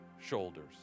shoulders